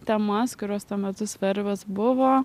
temas kurios tuo metu svarbios buvo